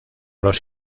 los